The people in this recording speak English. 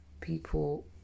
people